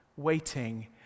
Waiting